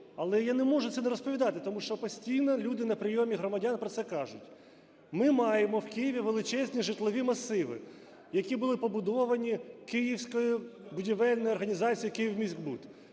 Але я не можу це не розповідати, тому що постійно люди на прийомі громадян про це кажуть. Ми маємо в Києві величезні житлові масиви, які були побудовані київською будівельною організацію "Київміськбуд",